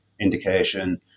indication